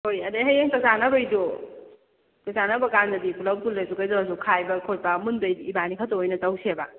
ꯍꯣꯏ ꯑꯗꯨꯗꯩ ꯍꯌꯦꯡ ꯆꯥꯛ ꯆꯥꯟꯅꯕꯒꯤꯗꯣ ꯆꯥꯛ ꯆꯥꯅꯕ ꯀꯥꯟꯗꯗꯤ ꯄꯨꯂꯞ ꯄꯤꯜꯂꯁꯨ ꯀꯩꯗꯧꯔꯁꯨ ꯈꯥꯏꯕ ꯈꯣꯠꯄ ꯃꯨꯟꯕꯩꯗꯤ ꯏꯕꯥꯅꯤ ꯈꯛꯇ ꯑꯣꯏꯅ ꯇꯧꯁꯦꯕ